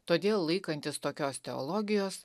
todėl laikantis tokios teologijos